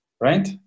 right